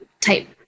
type